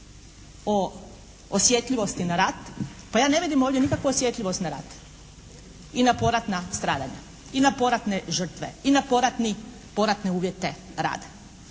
o osjetljivosti na rat. Pa ja ne vidim ovdje nikakvu osjetljivost na rat i na poratna stradanja i na poratne žrtve, i na poratne uvjete rada.